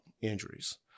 injuries